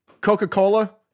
Coca-Cola